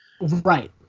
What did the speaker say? right